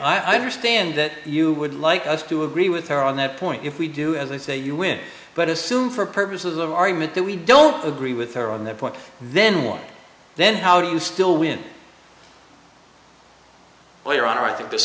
if i understand that you would like us to agree with her on that point if we do as i say you win but assume for purposes of argument that we don't agree with her on that point then why then how do you still win well your honor i think th